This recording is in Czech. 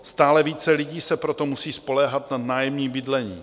Stále více lidí se proto musí spoléhat na nájemní bydlení.